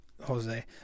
Jose